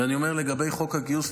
ואני אומר לגבי חוק הגיוס,